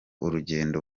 urugendo